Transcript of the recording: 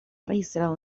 registrado